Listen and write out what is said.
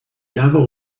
lado